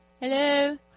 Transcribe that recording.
Hello